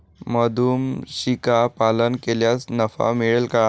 मधुमक्षिका पालन केल्यास नफा मिळेल का?